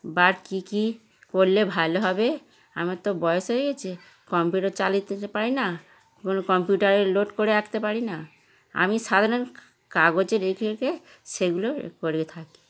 বা কী কী করলে ভালো হবে আমার তো বয়স হয়ে গিয়েছে কম্পিউটার চালিয়ে তো পারি না কোনো কম্পিউটারে লোড করে আঁকতে পারি না আমি সাধারণ কাগজে রেখে রেখে সেগুলো এ করিয়ে থাকি